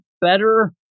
better